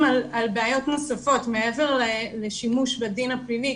על בעיות נוספות מעבר לשימוש בדין הפלילי.